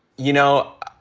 you know,